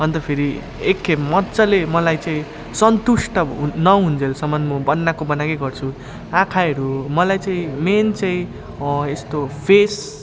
अन्त फेरि एकखेप मजाले मलाई चाहिँ सन्तुष्ट हुन् नहुन्जेलसम्म म बनाएको बनाएकै गर्छु आँखाहरू मलाई चाहिँ मेन चाहिँ यस्तो फेस